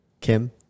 Kim